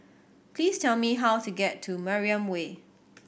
please tell me how to get to Mariam Way